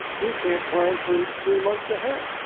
we can't plan for three months ahead.